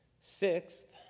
Sixth